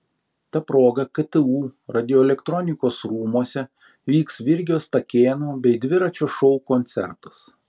ta proga ktu radioelektronikos rūmuose vyks virgio stakėno bei dviračio šou koncertas